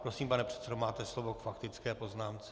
Prosím, pane předsedo, máte slovo k faktické poznámce.